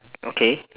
okay